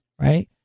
right